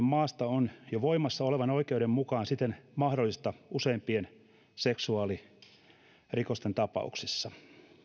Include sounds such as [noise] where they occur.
[unintelligible] maasta on jo voimassa olevan oikeuden mukaan siten mahdollista useimpien seksuaalirikosten tapauksissa